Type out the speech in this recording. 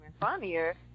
funnier